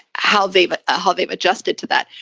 how they but how they've adjusted to that.